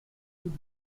would